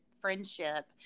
friendship